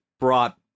brought